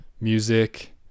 music